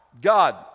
God